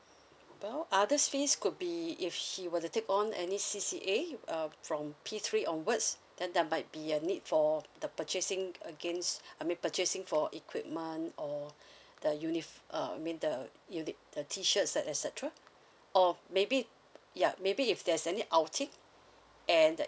well other fees could be if she were to take on any C C A uh from P three onwards then there might be a need for the purchasing against I mean purchasing for equipment or the uni~ uh I mean the uni~ the T shirts and etcetera or maybe ya maybe if there's any outing and that